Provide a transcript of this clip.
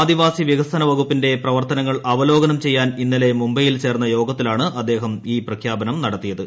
ആദിവാസി വികസന വകുപ്പിന്റെ പ്രപ്രവർത്തനങ്ങൾ അവലോകനം ചെയ്യാൻ ഇന്നലെ മുംബൈയിൽ ചേർന്ന് യോഗത്തിലാണ് അദ്ദേഹം ഈ പ്രഖ്യാപനം നടത്തിയത്